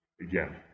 again